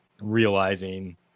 realizing